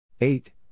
Eight